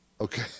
Okay